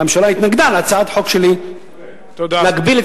הממשלה התנגדה להצעת חוק שלי להגביל את